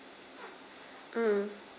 mm